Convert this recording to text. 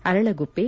Aralaguppe